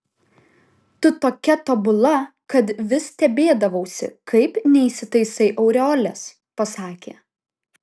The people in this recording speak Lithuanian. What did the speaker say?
tu tokia tobula kad vis stebėdavausi kaip neįsitaisai aureolės pasakė